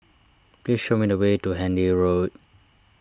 please show me the way to Handy Road